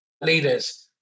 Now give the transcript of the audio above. leaders